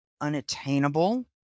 unattainable